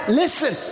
listen